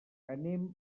anem